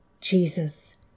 Jesus